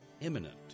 imminent